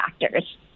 factors